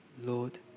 Lord